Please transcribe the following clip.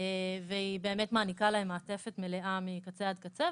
והיא באמת מעניקה להם מעטפת מלאה מקצה עד קצה.